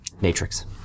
Matrix